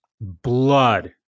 blood